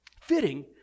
fitting